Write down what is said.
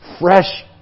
fresh